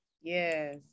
yes